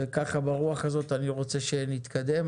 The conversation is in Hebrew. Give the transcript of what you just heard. ככה ברוח הזאת אני רוצה שנתקדם,